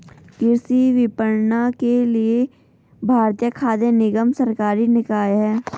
कृषि विपणन के लिए भारतीय खाद्य निगम सरकारी निकाय है